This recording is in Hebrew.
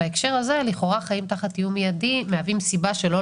בהקשר הזה לכאורה חיים תחת איום מיידי מהווים סיבה שלא